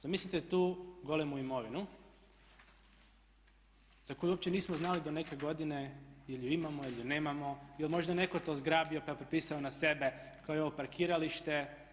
Zamislite tu golemu imovinu za koju uopće nismo znali do neke godine ili je imamo ili je nemamo, jel' možda netko to zgrabio pa je prepisao na sebe kao i ovo parkiralište.